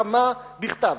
הסכמה בכתב.